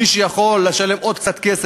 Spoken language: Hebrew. מי שיכול לשלם עוד קצת כסף,